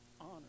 Honor